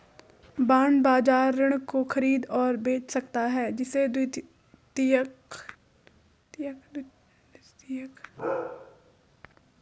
bond बाजार ऋण को खरीद और बेच सकता है जिसे द्वितीयक बाजार के रूप में जाना जाता है